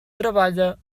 treballa